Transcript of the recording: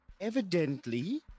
Evidently